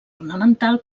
ornamental